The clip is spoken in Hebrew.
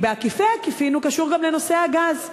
כי בעקיפי-עקיפין הוא קשור גם לנושא הגז.